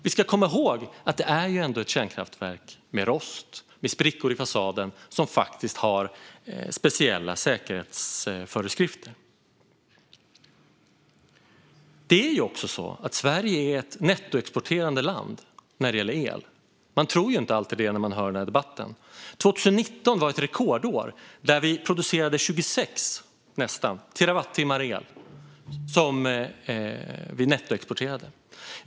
Vi ska komma ihåg att detta är ett kärnkraftverk med rost och sprickor i fasaden som har speciella säkerhetsföreskrifter. Sverige är ett nettoexporterande land när det gäller el, vilket man inte alltid tror när man hör debatten. 2019 var ett rekordår, då vi producerade nästan 26 terawattimmar el som vi nettoexporterade.